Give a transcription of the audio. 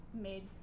made